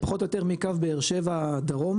פחות או יותר מקו באר שבע דרומה,